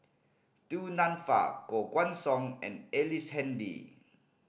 Du Nanfa Koh Guan Song and Ellice Handy